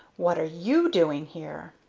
what are you doing here?